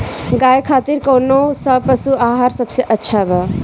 गाय खातिर कउन सा पशु आहार सबसे अच्छा बा?